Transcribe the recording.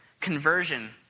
conversion